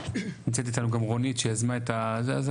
נמצאת איתנו גם רונית, שיזמה את הזה.